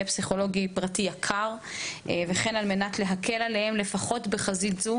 בטיפול פסיכולוגי פרטי ויקר וכן על מנת להקל עליהם לפחות בחזית זו,